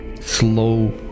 slow